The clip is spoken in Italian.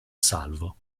salvo